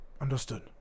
Understood